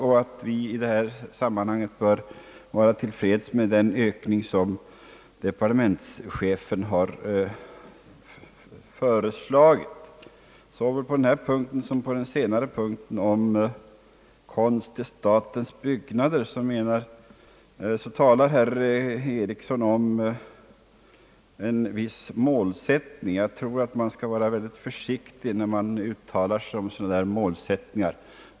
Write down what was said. Därför bör vi i detta sammanhang vara tillfreds med den ökning som departementschefen föreslagit. Såväl på denna punkt som på den senare punkten om inköp av konst till statens byggnader talar herr Eriksson om en viss målsättning. Jag tror att man skall vara väldigt försiktig med sådana målsättningar.